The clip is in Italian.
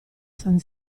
san